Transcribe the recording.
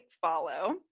follow